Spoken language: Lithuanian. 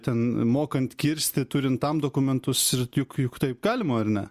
ten mokant kirsti turint tam dokumentus ir juk juk taip galima ar ne